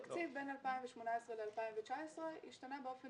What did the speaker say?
התקציב בין 2018 ל-2019 השתנה באופן